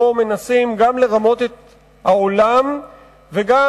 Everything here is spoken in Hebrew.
שבו מנסים גם לרמות את העולם וגם,